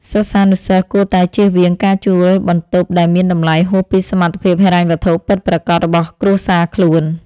សិស្សានុសិស្សគួរតែចៀសវាងការជួលបន្ទប់ដែលមានតម្លៃហួសពីសមត្ថភាពហិរញ្ញវត្ថុពិតប្រាកដរបស់គ្រួសារខ្លួន។